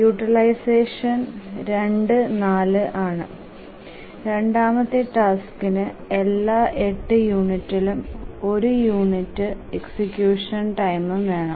utilisation 2 4 ആണ് രണ്ടാമത്തെ ടാസ്കിനു എല്ലാ 8യൂണിറ്റിനും 1 യൂണിറ്റ് എക്സിക്യൂഷൻ ടൈംഉം വേണം